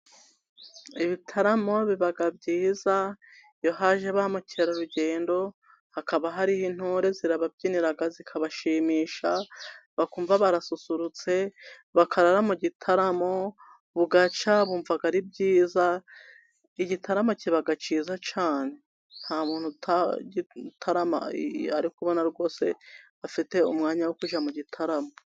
Ibitaramo biba byiza. Iyo haje ba mukerarugendo hakaba hariho intore, zirababyinira zikabashimisha, bakumva barasusurutse bakarara mu gitaramo bugacya, bumva ari byiza, igitaramo kiba cyiza cyane. Nta muntu utatarama ari kubona rwose afite umwanya wo kujya mu gitaramo.